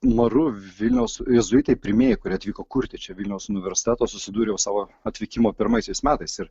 maru vilniaus jėzuitai pirmieji kurie atvyko kurti čia vilniaus universiteto susidūrė jau savo atvykimo pirmaisiais metais ir